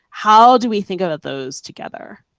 how do we think about those together?